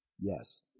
yes